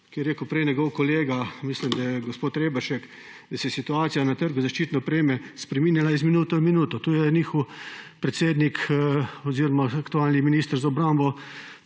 kot je rekel prej njegov kolega – mislim, da gospod Reberšek –, da se je situacija na trgu zaščitne opreme spreminjala iz minute v minuto. To je njihov predsednik oziroma aktualni minister za obrambo